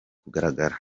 kugaragara